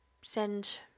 send